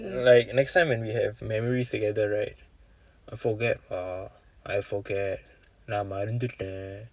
like next time when we have memories together right I forget ah I forget நான் மறந்துட்டேன்:naan marandthutdeen